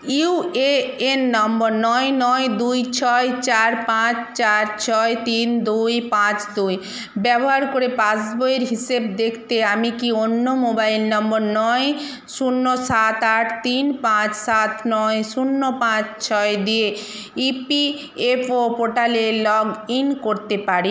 UAN number নয় নয় দুই ছয় চার পাঁচ চার ছয় তিন দুই পাঁচ দুই ব্যবহার করে পাসবইয়ের হিসেব দেখতে আমি কি অন্য মোবাইল নম্বর নয় শূন্য সাত আট তিন পাঁচ সাত নয় শূন্য পাঁচ ছয় দিয়ে ইপিএফও পোর্টালে লগ ইন করতে পারি